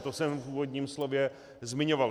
To jsem v úvodním slově zmiňoval.